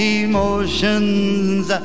emotions